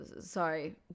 sorry